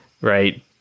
right